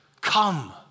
Come